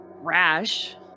rash